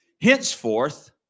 Henceforth